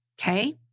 okay